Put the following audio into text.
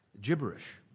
gibberish